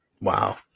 Wow